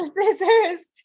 scissors